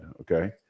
Okay